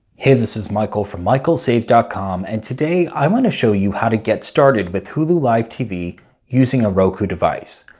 hey this is michael from michaelsaves dot com and today i want to show you how to get started with hulu live tv using a roku device.